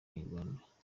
inyarwanda